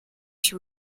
się